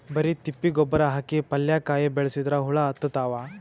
ಬರಿ ತಿಪ್ಪಿ ಗೊಬ್ಬರ ಹಾಕಿ ಪಲ್ಯಾಕಾಯಿ ಬೆಳಸಿದ್ರ ಹುಳ ಹತ್ತತಾವ?